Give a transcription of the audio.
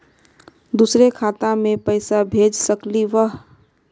दुसरे खाता मैं पैसा भेज सकलीवह?